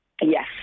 Yes